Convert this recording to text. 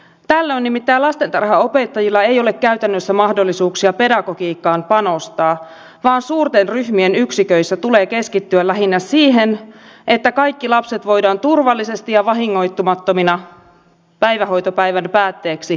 tällöin nimittäin lastentarhanopettajilla ei ole käytännössä mahdollisuuksia pedagogiikkaan panostaa vaan suurten ryhmien yksiköissä tulee keskittyä lähinnä siihen että kaikki lapset voidaan turvallisesti ja vahingoittumattomina päivähoitopäivän päätteeksi vanhemmilleen luovuttaa